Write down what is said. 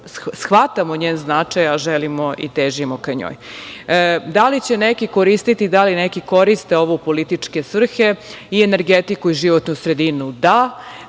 shvatamo njen značaj, a želimo i težimo ka njoj. Da li će neki koristiti, da li neki koriste ovo u političke svrhe i energetiku i životnu sredinu, da.